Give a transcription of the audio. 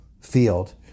field